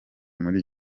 muri